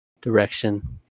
direction